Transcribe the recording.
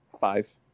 Five